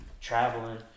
traveling